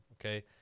Okay